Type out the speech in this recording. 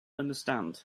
understand